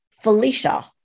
Felicia